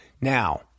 Now